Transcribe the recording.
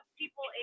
people